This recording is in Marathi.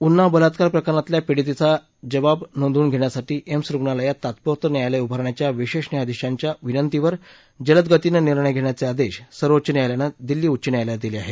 उन्नाव बलात्कार प्रकरणातल्या पीडितेचा जबाब नोंदवून घेण्यासाठी एम्स रुग्णालयात तात्पुरतं न्यायालय उभारण्याच्या विशेष न्यायाधीशांच्या विनंतीवर जलद गतीनं निर्णय घेण्याचे आदेश सर्वोच्च न्यायालयाने दिल्ली उच्च न्यायालयाला दिले आहेत